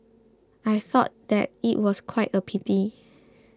I thought that it was quite a pity